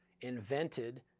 invented